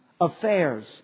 affairs